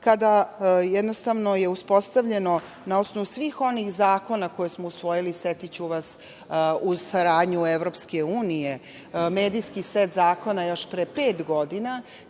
kada je jednostavno uspostavljeno, na osnovu svih onih zakona koje smo usvojili, setiću vas, uz saradnju EU, medijski set zakona još pre pet godina,